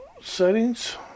settings